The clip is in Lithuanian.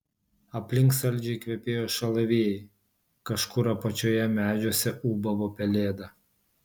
aplink saldžiai kvepėjo šalavijai kažkur apačioje medžiuose ūbavo pelėda